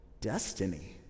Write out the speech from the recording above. destiny